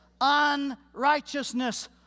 unrighteousness